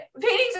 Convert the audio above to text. paintings